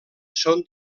són